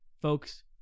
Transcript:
folks